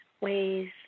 ways